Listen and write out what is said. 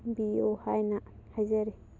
view ꯍꯥꯏꯅ ꯍꯥꯏꯖꯔꯤ